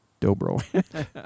dobro